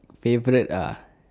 favourite ah